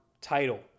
title